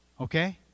okay